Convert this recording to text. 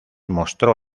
mostró